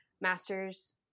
master's